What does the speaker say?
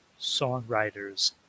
songwriters